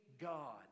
God